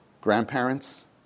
grandparents